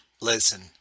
listen